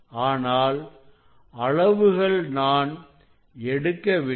ஆனால் அளவுகள் நான் எடுக்கவில்லை